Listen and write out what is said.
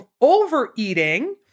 overeating